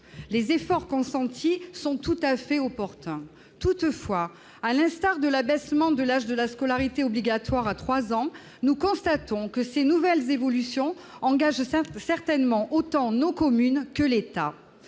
les efforts consentis sont tout à fait opportun, toutefois, à l'instar de l'abaissement de l'âge de la scolarité obligatoire à 3 ans, nous constatons que ces nouvelles évolutions engage ça peut certainement autant nos communes que l'État,